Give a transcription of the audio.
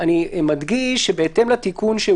מדגיש שבהתאם לתיקון לחוק הסמכויות,